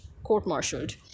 court-martialed